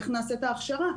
איך נעשית ההכשרה?